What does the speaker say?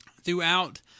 throughout